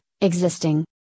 existing